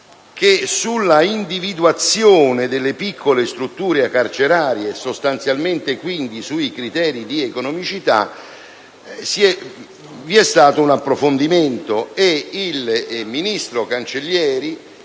che sulla individuazione delle piccole strutture carcerarie, sostanzialmente quindi sui criteri di economicità, vi è stato un approfondimento e il ministro Cancellieri